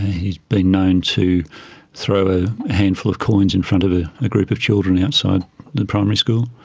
he's been known to throw a handful of coins in front of a a group of children outside the primary school,